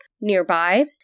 nearby